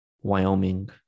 Wyoming